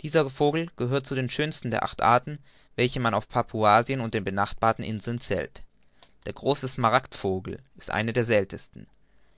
dieser vogel gehört zu den schönsten der acht arten welche man auf papuasien und den benachbarten inseln zählt der große smaragdvogel ist einer der seltensten